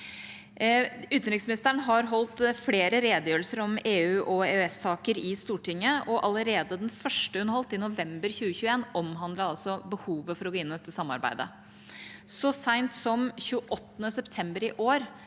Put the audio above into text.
Utenriksministeren har holdt flere redegjørelser om EU- og EØS-saker i Stortinget, og allerede den første hun holdt, i november 2021, omhandlet behovet for å gå inn i dette samarbeidet. Så sent som 28. september i år